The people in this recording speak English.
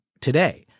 today